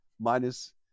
minus